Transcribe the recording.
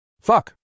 Fuck